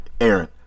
Aaron